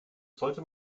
sollte